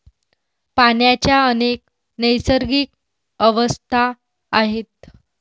पाण्याच्या अनेक नैसर्गिक अवस्था आहेत